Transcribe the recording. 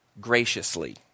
graciously